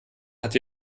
hat